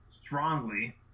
strongly